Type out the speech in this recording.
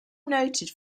noted